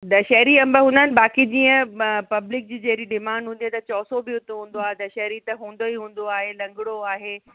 दशहरी अंब हूंदा आहिनि बाक़ी जीअं प पब्लिक जी जहिड़ी डिमांड हुजे त चौसो बि हुते हूंदो आहे दशहरी त हूंदो ई हूंदो आहे लंॻड़ो आहे